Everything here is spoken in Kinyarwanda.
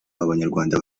abanyarwanda